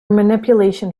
manipulation